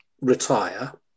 retire